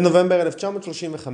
בנובמבר 1935